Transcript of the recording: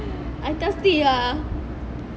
I thirsty lah